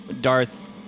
Darth